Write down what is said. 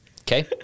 okay